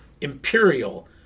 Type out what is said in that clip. Imperial